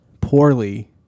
poorly